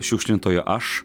šiukšlintojo aš